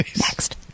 Next